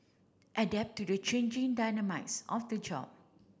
adapt to the changing dynamites of the job